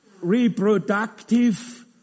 Reproductive